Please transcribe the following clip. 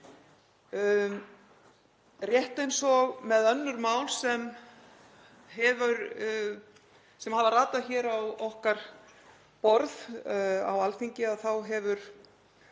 Rétt eins og með önnur mál sem hafa ratað hér á okkar borð á Alþingi þá hefur